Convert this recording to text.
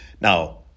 Now